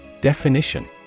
Definition